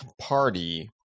party